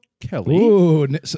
Kelly